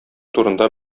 турында